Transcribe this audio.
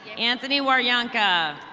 anthony waryanka.